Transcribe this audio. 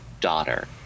daughter